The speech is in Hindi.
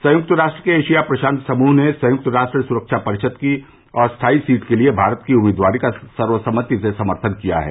संयुक्त राष्ट्र के एशिया प्रशांत समूह ने संयुक्त राष्ट्र सुरक्षा परिषद् की अस्थायी सीट के लिए भारत की उम्मीदवारी का सर्वसम्मति से समर्थन किया है